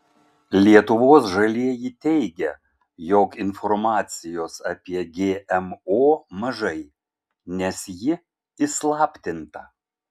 lietuvos žalieji teigia jog informacijos apie gmo mažai nes ji įslaptinta